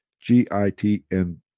g-i-t-n